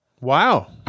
Wow